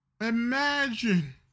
Imagine